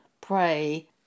pray